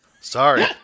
Sorry